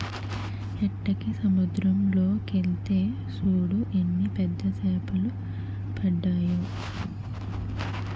ఏటకి సముద్దరం లోకెల్తే సూడు ఎన్ని పెద్ద సేపలడ్డాయో